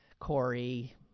Corey